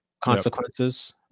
consequences